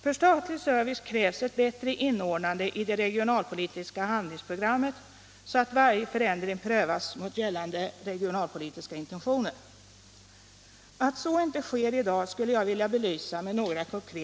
För statlig service krävs ett bättre inordnande i det regionalpolitiska handlingsprogrammet så att varje förändring prövas mot gällande regionalpolitiska intentioner. Att så inte sker i dag skulle jag vilja belysa med några konkreta exempel.